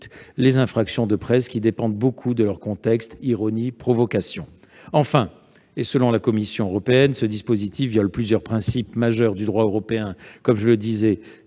les infractions de presse, qui dépendent beaucoup de leur contexte- ironie, provocation ... Enfin, je répète que, selon la Commission européenne, ce dispositif viole plusieurs principes majeurs du droit européen : la